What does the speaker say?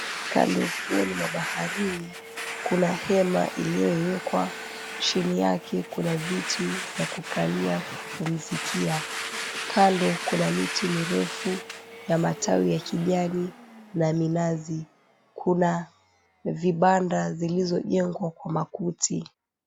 Kando ya ufuoni mwa baharini kuna hema iliyoekwa, chini yake kuna viti vya kukalia vya kupumzikia. Kando kuna miti mirefu ya matawi ya kijani na minazi. Kuna vibanda zilizojengwa kwa makuti.